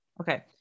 okay